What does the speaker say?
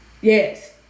Yes